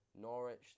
Norwich